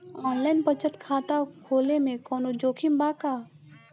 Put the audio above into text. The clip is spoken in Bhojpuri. आनलाइन बचत खाता खोले में कवनो जोखिम बा का?